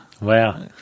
Wow